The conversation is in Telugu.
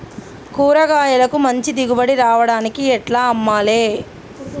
కూరగాయలకు మంచి దిగుబడి రావడానికి ఎట్ల అమ్మాలే?